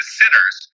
sinners